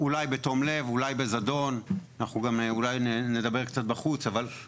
אולי בתום לב, אולי בזדון, אבל בסוף